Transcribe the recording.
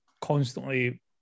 constantly